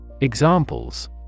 Examples